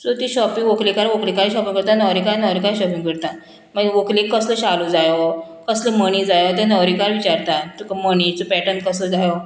so ती shopping व्हंकलेकार व्हंकलेकार शॉपींग करता न्हवरेकार न्होवरेकारा शॉपिंग करता मागीर व्हंकलेक कसलो शालू जायो कसलो मणी जायो ते न्हवरिकार विचारता तुका मणीचो पॅटर्न कसो जायो